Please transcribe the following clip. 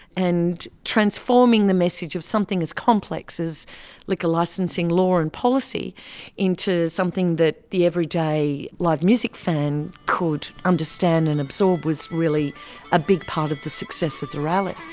and transforming the message of something as complex as liquor licensing law and policy into something that the everyday live music fan could understand and absorb was really a big part of the success of the rally.